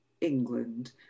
England